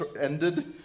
ended